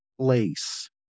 place